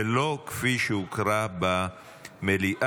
ולא כפי שהוקרא במליאה.